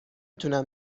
تونم